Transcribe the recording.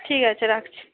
ঠিক আছে রাখছি